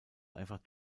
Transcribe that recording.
einfach